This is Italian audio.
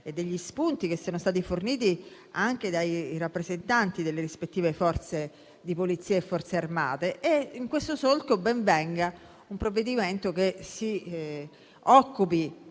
e gli spunti che sono stati forniti dai rappresentanti delle rispettive Forze di polizia e Forze armate. In questo solco, ben venga un provvedimento che si occupi